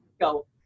go